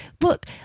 look